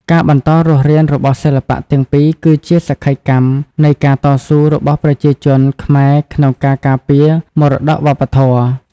ការបន្តរស់រាន របស់សិល្បៈទាំងពីរគឺជាសក្ខីកម្មនៃការតស៊ូរបស់ប្រជាជនខ្មែរក្នុងការការពារមរតកវប្បធម៌។